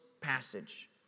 passage